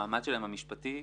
המעמד המשפטי שלהם?